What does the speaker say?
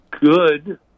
good